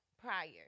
prior